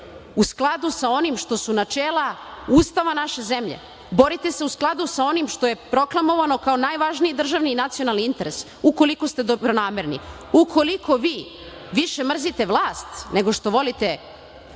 u skladu sa onim što su načela iste ove naše zemlje, borite se u skladu sa onim što je proklamovano kao najvažniji državni nacionalni interes ukoliko ste dobronamerni. Ukoliko vi više mrzite vlast, nego što volite